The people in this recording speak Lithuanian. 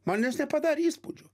man jos nepadarė įspūdžio